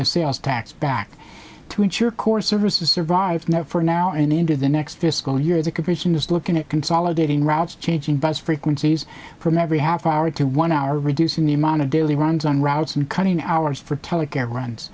the sales tax back to ensure core services survive for now and into the next fiscal year that commission is looking at consolidating routes changing bus frequencies from every half hour to one hour reducing the amount of daily runs on routes and cutting hours for teleca